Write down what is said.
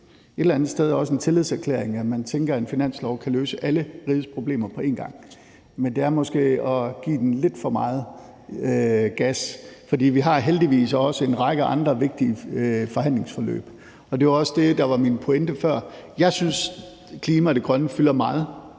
et eller andet sted også en tillidserklæring, at man tænker, at en finanslov kan løse alle rigets problemer på en gang, men det er måske at give den lidt for meget gas, for vi har heldigvis også en række andre vigtige forhandlingsforløb, og det var også det, der var min pointe før. Jeg synes, at klima og det grønne fylder meget